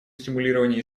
стимулирования